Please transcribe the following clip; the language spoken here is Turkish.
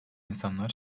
insanlar